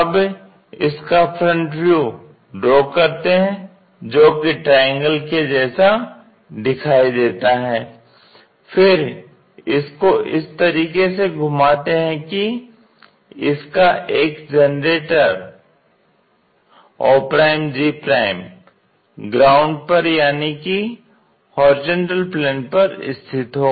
अब इसका front view draw करते हैं जोकि ट्रायंगल के जैसा दिखाई देता है फिर इसको इस तरीके से घुमाते हैं कि इसका एक जनरेटर og ग्राउंड पर यानी कि HP पर स्थित हो